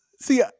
see